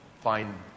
find